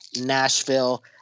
Nashville